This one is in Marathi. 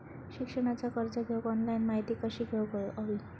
शिक्षणाचा कर्ज घेऊक ऑनलाइन माहिती कशी घेऊक हवी?